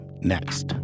next